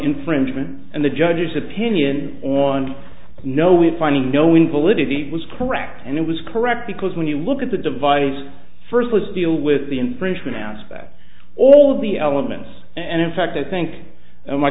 infringement and the judge's opinion on no we're finding no invalidity was correct and it was correct because when you look at the device first let's deal with the infringement downspout all the elements and in fact i think my